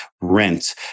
rent